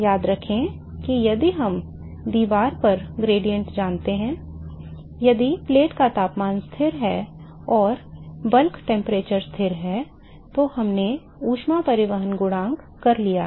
याद रखें कि यदि हम दीवार पर ढाल जानते हैं यदि प्लेट का तापमान स्थिर है और थोक तापमान स्थिर है तो हमने ऊष्मा परिवहन गुणांक कर लिया है